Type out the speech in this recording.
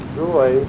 joy